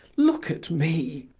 look at me,